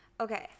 Okay